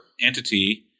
entity